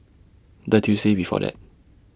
The Tuesday before that